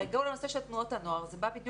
הרי כל הנושא של תנועות הנוער בא בדיוק